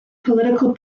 political